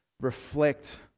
reflect